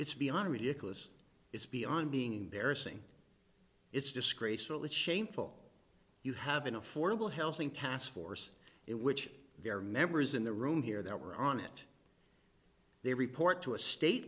it's beyond ridiculous it's beyond being embarrassing it's disgraceful it's shameful you have an affordable housing task force it which there are members in the room here that were on it they report to a state